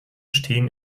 stehen